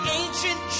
ancient